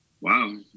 Wow